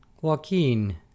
Joaquin